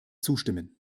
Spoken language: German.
zustimmen